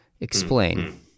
Explain